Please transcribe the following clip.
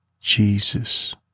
Jesus